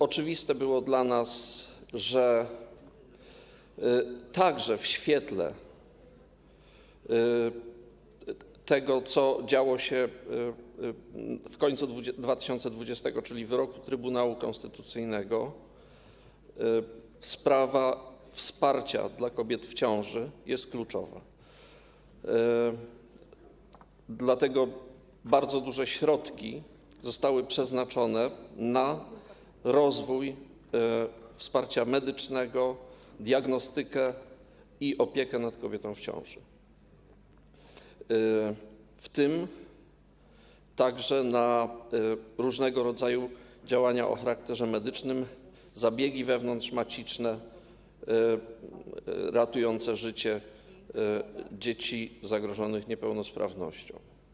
Oczywiste było dla nas to, także w świetle tego, co działo się w końcu 2020 r., czyli wyroku Trybunału Konstytucyjnego, że sprawa wsparcia kobiet w ciąży jest kluczowa, dlatego bardzo duże środki zostały przeznaczone na rozwój wsparcia medycznego, diagnostykę i opiekę nad kobietami w ciąży, w tym także na różnego rodzaju działania o charakterze medycznym, zabiegi wewnątrzmaciczne ratujące życie dzieci zagrożonych niepełnosprawnością.